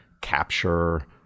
capture